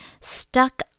stuck